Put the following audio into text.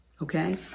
Okay